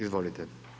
Izvolite.